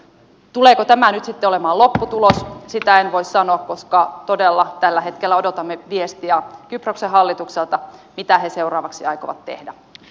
tuleeko tämä nyt sitten olemaan lopputulos sitä en voi sanoa koska todella tällä hetkellä odotamme viestiä kyproksen hallitukselta mitä he seuraavaksi aikovat tehdä